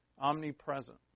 omnipresent